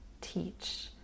teach